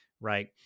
right